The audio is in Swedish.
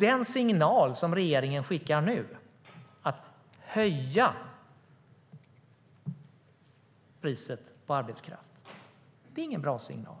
Den signal som regeringen skickar nu, att höja priset på arbetskraft, är ingen bra signal.